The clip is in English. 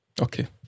Okay